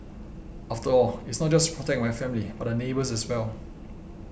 after all it's not just to protect my family but the neighbours as well